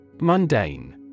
Mundane